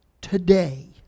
today